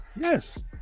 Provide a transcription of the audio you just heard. yes